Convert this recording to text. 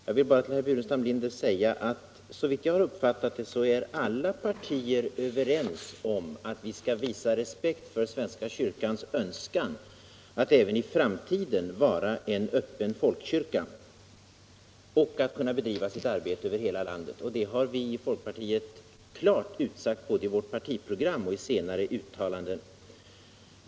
Jag vill bara till herr Burenstam Linder säga att såvitt jag har uppfattat det är alla partier överens om att vi skall visa respekt för svenska kyrkans önskan att i framtiden vara en öppen folkkyrka och att kunna bedriva sitt arbete i hela landet. Det har vi i folkpartiet utsagt både i vårt partiprogram och i senare uttalanden.